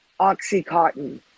Oxycontin